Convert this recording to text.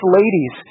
ladies